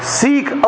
seek